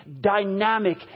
dynamic